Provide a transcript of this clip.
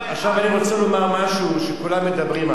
נכון,